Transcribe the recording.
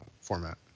format